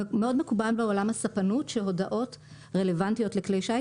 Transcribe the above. מאוד מקובל בעולם הספנות שהודעות רלוונטיות לכלי שיט